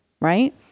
Right